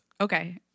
Okay